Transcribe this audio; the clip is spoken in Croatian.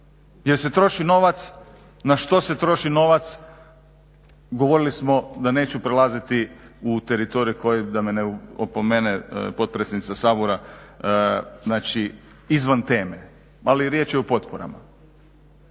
jer se troši novac na što se troši novac govorili smo da neću prelaziti u teritorije koje da me ne opomene potpredsjednica Sabora znači izvan teme ali riječ je o potporama.